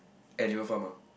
annual form ah